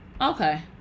Okay